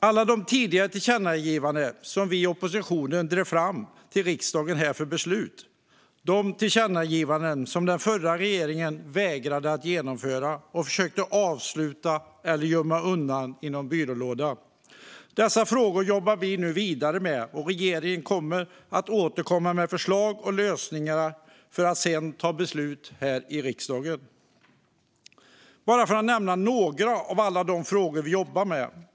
Alla de tidigare tillkännagivanden som vi i opposition drev fram till riksdagen för beslut, de tillkännagivanden som den förra regeringen vägrade att genomföra, försökte avsluta eller gömma i någon byrålåda, jobbar vi nu vidare med, och regeringen kommer att återkomma med förslag och lösningar som sedan kommer till riksdagen för beslut. Jag vill nämna några av alla de frågor som vi jobbar med.